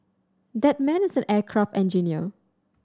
that man is an aircraft engineer